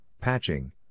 patching